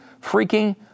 freaking